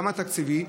גם התקציבי,